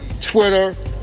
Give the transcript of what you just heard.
Twitter